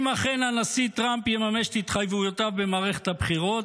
אם אכן הנשיא טראמפ יממש את התחייבויותיו במערכת הבחירות,